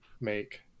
make